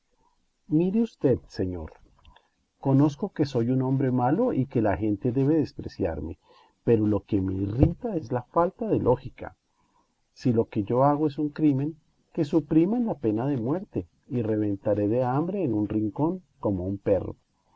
mire usted señor conozco que soy un hombre malo y que la gente debe despreciarme pero lo que me irrita es la falta de lógica si lo que yo hago es un crimen que supriman la pena de muerte y reventaré de hambre en un rincón como un perro